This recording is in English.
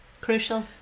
crucial